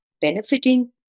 benefiting